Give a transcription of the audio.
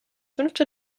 fünfte